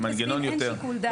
אין שיקול דעת.